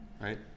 right